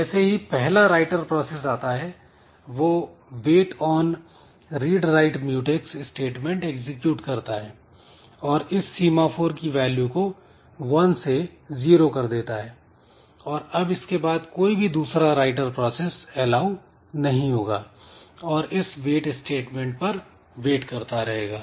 जैसे ही पहला राइटर प्रोसेस आता है वह wait on "read write mutex" statement execute करता है और इस सीमाफोर की वैल्यू को 1 से ज़ीरो कर देता है और अब इसके बाद कोई भी दूसरा राइटर प्रोसेस एलाऊ नहीं होगा और इस वेट स्टेटमेंट पर वेट करता रहेगा